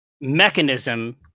Mechanism